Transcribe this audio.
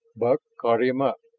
buck caught him up.